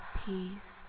peace